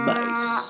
Mice